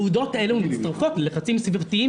עובדות אלו מצטרפות ללחצים סביבתיים,